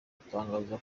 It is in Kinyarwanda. batangaza